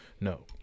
No